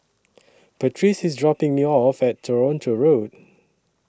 Patrice IS dropping Me off At Toronto Road